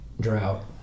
drought